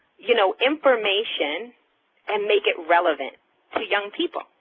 you know, information and make it relevant to young people?